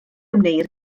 wneir